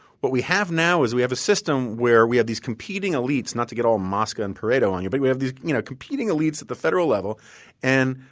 but we have now is we have a system where we have these competing elites, not to get all mosca and pareto on you. but we have these competing elites at the federal level and